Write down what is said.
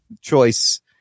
choice